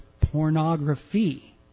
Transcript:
pornography